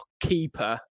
keeper